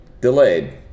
delayed